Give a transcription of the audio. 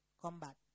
combat